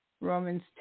Romans